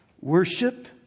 Worship